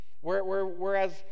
Whereas